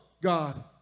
God